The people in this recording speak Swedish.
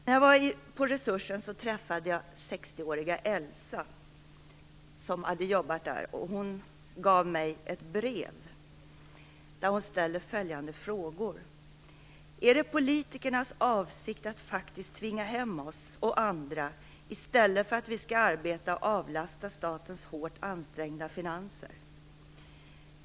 När jag var på Resursen träffade jag 60-åriga Elsa, som hade jobbat där. Hon gav mig ett brev, i vilket hon ställer följande frågor: Är det politikernas avsikt att faktiskt tvinga hem oss och andra i stället för att vi skall arbeta och avlasta statens hårt ansträngda finanser?